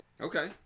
Okay